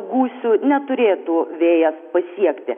gūsių neturėtų vėjas pasiekti